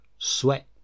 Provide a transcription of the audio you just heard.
sweat